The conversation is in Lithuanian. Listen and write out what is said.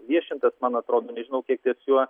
viešintas man atrodo nežinau kiek ties juo